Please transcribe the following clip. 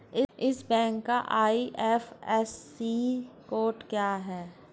इस बैंक का IFSC code क्या है?